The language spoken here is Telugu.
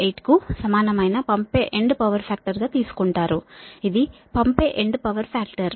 788 కు సమానమైన పంపే ఎండ్ పవర్ ఫాక్టర్ గా తీసుకుంటారు ఇది పంపే ఎండ్ పవర్ ఫాక్టర్